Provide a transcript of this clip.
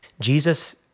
Jesus